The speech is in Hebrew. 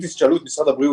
אם תשאלו את משרד הבריאות,